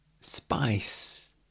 Spice